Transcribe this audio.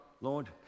Lord